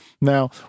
Now